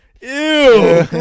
Ew